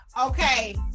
Okay